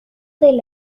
del